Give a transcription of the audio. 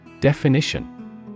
Definition